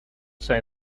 say